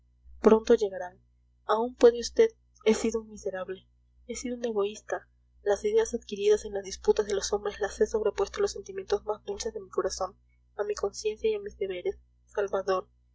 puede vd he sido un miserable he sido un egoísta las ideas adquiridas en las disputas de los hombres las he sobrepuesto a los sentimientos más dulces de mi corazón a mi conciencia y a mis deberes salvador